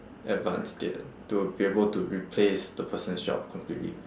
advanced yet to be able to replace the person's job completely